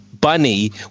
bunny